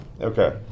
Okay